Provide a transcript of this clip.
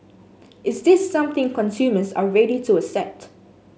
is this something consumers are ready to accept